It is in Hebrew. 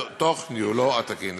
תוך ניהולו התקין.